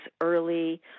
early